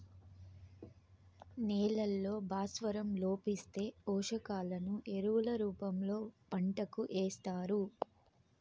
నేలల్లో భాస్వరం లోపిస్తే, పోషకాలను ఎరువుల రూపంలో పంటకు ఏస్తారు